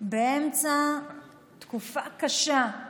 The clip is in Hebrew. באמצע תקופה קשה,